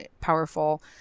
powerful